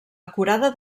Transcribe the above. acurada